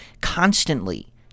constantly